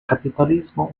capitalismo